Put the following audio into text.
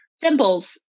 symbols